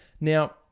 Now